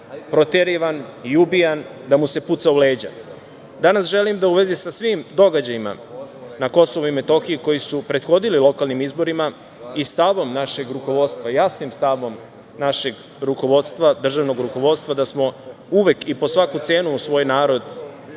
proterivan i ubijan, da mu se puca u leđa. Danas želim da u vezi sa svim događajima na KiM, koji su prethodili lokalnim izborima i stavom našeg rukovodstva, jasnim stavom našeg rukovodstva, državnog rukovodstva da smo uvek i po svaku cenu uz svoj narod,